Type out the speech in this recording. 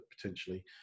potentially